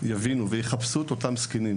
יבינו מי גר לידם ויחפשו את אותם זקנים,